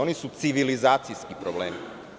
Oni su civilizacijski problemi.